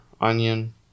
onion